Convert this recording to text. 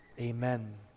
Amen